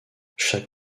chaque